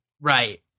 Right